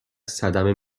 صدمه